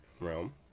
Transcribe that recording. realm